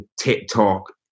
TikTok